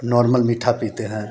normal मीठा पीते हैं